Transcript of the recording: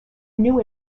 new